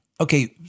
Okay